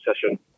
session